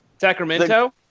Sacramento